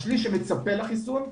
השליש שמצפה לחיסון,